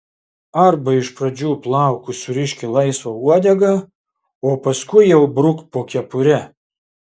arba iš pradžių plaukus surišk į laisvą uodegą o paskui jau bruk po kepure